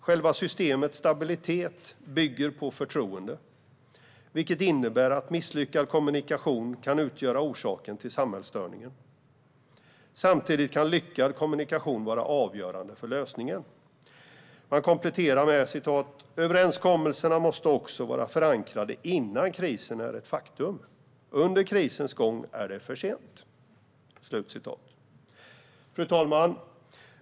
Själva systemets stabilitet bygger på förtroende, vilket innebär att misslyckad kommunikation kan utgöra själva orsaken till samhällsstörningen. Samtidigt kan lyckad kommunikation vara avgörande för lösningen." Man kompletterar med: "Överenskommelserna måste också vara förankrade innan krisen är ett faktum - under krisens gång är det för sent." Fru talman!